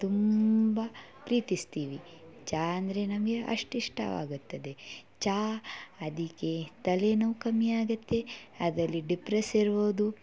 ತುಂಬ ಪ್ರೀತಿಸ್ತೀವಿ ಚಹ ಅಂದ್ರೆ ನಮ್ಗೆ ಅಷ್ಟು ಇಷ್ಟವಾಗುತ್ತದೆ ಚಹ ಅದಕ್ಕೆ ತಲೆನೋವು ಕಮ್ಮಿ ಆಗುತ್ತೆ ಅದರಲ್ಲಿ ಡಿಪ್ರೆಸ್ಸ್ ಇರಬಹುದು